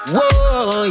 Whoa